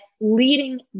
leading